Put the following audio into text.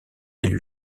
élu